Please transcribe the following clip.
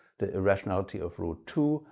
the rationality of root two,